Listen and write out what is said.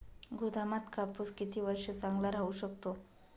गोदामात कापूस किती वर्ष चांगला राहू शकतो?